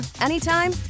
anytime